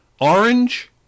orange